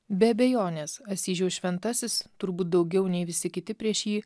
be abejonės asyžiaus šventasis turbūt daugiau nei visi kiti prieš jį